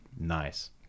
nice